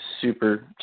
super